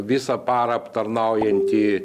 visą parą aptarnaujantį